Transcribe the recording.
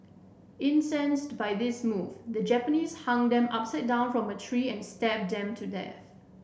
incensed by this move the Japanese hung them upside down from a tree and stabbed them to death